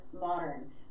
modern